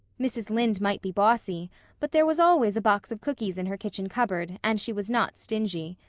mrs. lynde might be bossy but there was always a box of cookies in her kitchen cupboard and she was not stingy.